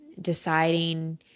deciding